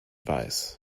weiß